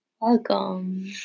Welcome